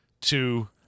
to-